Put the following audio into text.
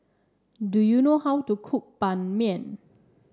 do you know how to cook Ban Mian